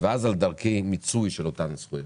ואז על דרכי מיצוי של אותן זכויות.